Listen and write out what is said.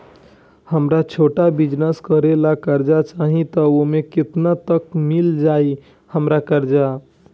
हमरा छोटा बिजनेस करे ला कर्जा चाहि त ओमे केतना तक मिल जायी हमरा कर्जा?